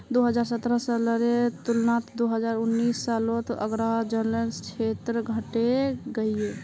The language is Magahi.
दो हज़ार सतरह सालेर तुलनात दो हज़ार उन्नीस सालोत आग्रार जन्ग्लेर क्षेत्र घटे गहिये